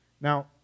Now